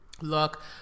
Look